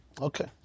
Okay